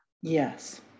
Yes